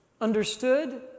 Understood